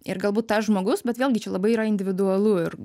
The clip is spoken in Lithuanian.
ir galbūt tas žmogus bet vėlgi čia labai yra individualu ir